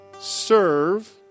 serve